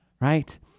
right